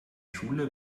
schule